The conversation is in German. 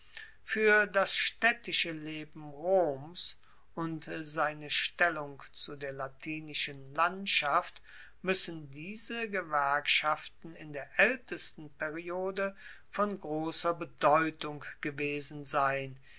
fuer das staedtische leben roms und seine stellung zu der latinischen landschaft muessen diese gewerkschaften in der aeltesten periode von grosser bedeutung gewesen sein